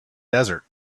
desert